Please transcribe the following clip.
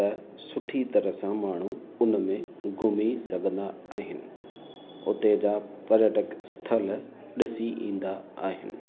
त सुठी तरह सां माण्हू उनमें घुमी सघंदा आहिनि उते जा पर्यटक स्थल ॾिसी ईंदा आहिनि